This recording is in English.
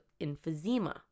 emphysema